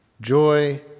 joy